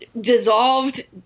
dissolved